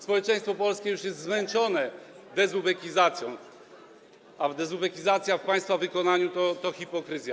Społeczeństwo polskie już jest zmęczone dezubekizacją, a dezubekizacja w państwa wykonaniu to hipokryzja.